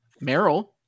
Meryl